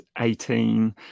18